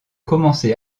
commencé